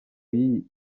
y’iyi